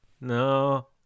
No